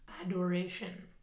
adoration